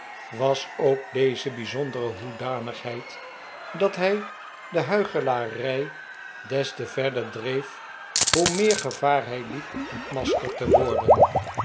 was ook deze bijzondere hoedanigheid dat hij de huichelarij des te verder dreef hoe meer gevaar hij liep ontmaskerd te worden